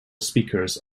speakers